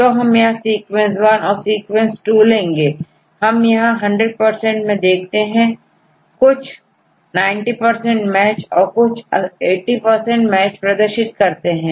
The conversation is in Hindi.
तो हम यहां सीक्वेंस वन और सीक्वेंस 2 लेते हैं हम यहां100 मैं देखते हैं कुछ90 मैच और कुछ80 मैच प्रदर्शित करते हैं